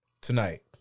Tonight